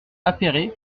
appéré